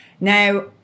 now